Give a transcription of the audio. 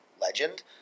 legend